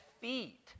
feet